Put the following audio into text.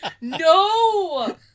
No